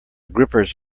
grippers